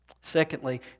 Secondly